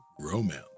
romance